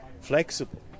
flexible